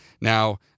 Now